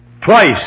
twice